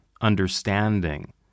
understanding